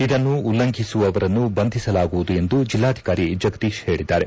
ಇದನ್ನು ಉಲ್ಲಂಘಿಸುವವರನ್ನು ಬಂಧಿಸಲಾಗುವುದು ಎಂದು ಜಿಲ್ಲಾಧಿಕಾರಿ ಜಗದೀಶ್ ಹೇಳಿದ್ದಾರೆ